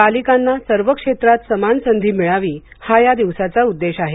बालिकांना सर्व क्षेत्रात समान संधी मिळावी हा या दिवसाचा उद्देश आहे